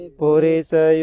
purisa